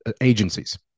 agencies